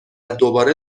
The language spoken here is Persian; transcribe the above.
دوباره